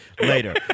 Later